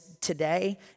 today